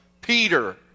peter